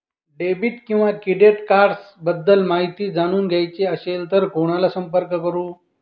Debit किंवा credit cards बद्दल माहिती जाणून घ्यायची असेल तर कोणाला संपर्क करु?